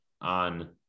on